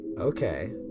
Okay